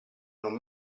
non